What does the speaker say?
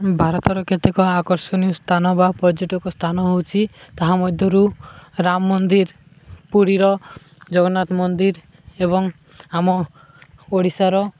ଭାରତର କେତେକ ଆକର୍ଷଣୀୟ ସ୍ଥାନ ବା ପର୍ଯ୍ୟଟକ ସ୍ଥାନ ହେଉଛି ତାହା ମଧ୍ୟରୁ ରାମ ମନ୍ଦିର ପୁରୀର ଜଗନ୍ନାଥ ମନ୍ଦିର ଏବଂ ଆମ ଓଡ଼ିଶାର